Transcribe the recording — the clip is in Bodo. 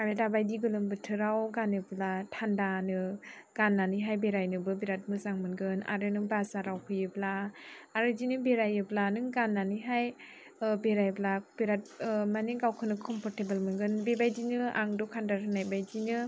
आरो दाबादि गोलोम बोथोराव गानोब्ला थानदानो गाननानैहाय बेरायनोबो बिराद मोजां मोनगोन आरो नों बाजाराव फैयोब्ला आरो बिदिनो बेरायोब्ला नों गाननानैहाय बेरायब्ला बिराद गावखौनो कमफरटेबोल मोनगोन बेबायदिनो आं दखानदार होननायबायदिनो